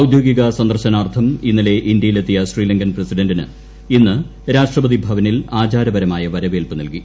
ഔദ്യോഗിക സന്ദർശനാർത്ഥം ഇന്നലെ ഇന്ത്യയിലെത്തിയ ശ്രീലങ്കൻ പ്രസിഡന്റിന് ഇന്ന് രാഷ്ട്രപതി ഭവനിൽ ആചാരപരമായ വരവേൽപ്പ് നൽകി